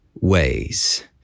ways